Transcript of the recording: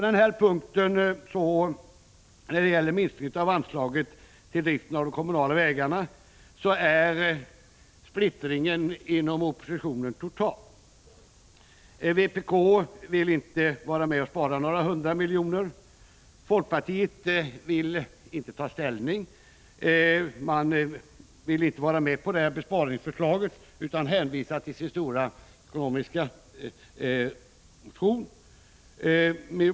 När det gäller minskningen av anslaget till driften av de kommunala vägarna är splittringen inom oppositionen total. Vpk vill inte vara med om att spara några hundra miljoner. Folkpartiet vill inte ta ställning; man vill inte vara med på besparingsförslaget utan hänvisar till sin stora ekcnomiska motion.